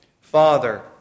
Father